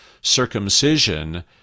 circumcision